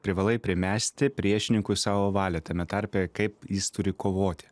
privalai primesti priešininkui savo valią tame tarpe kaip jis turi kovoti